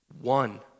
One